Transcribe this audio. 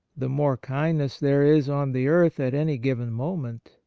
the more kindness there is on the earth at any given moment,